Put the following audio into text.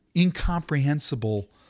incomprehensible